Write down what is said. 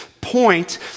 point